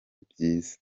byiza